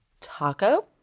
Taco